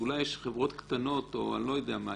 אולי יש חברות קטנות או אני לא יודע מה.